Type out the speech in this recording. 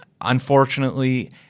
unfortunately